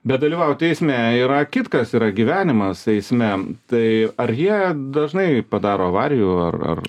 bet dalyvauti eisme yra kitkas yra gyvenimas eisme tai ar jie dažnai padaro avarijų ar ar